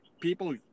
people –